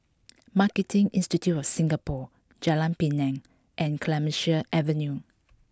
Marketing Institute of Singapore Jalan Pinang and Clemenceau Avenue